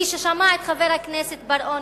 מי ששמע את חבר הכנסת בר-און,